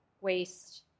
waste